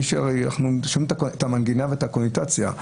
אנחנו שומעים את המנגינה ואת הקונוטציה.